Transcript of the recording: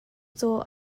caw